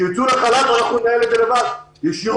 שייצאו לחל"ת ואנחנו ננהל את זה לבד ישירות,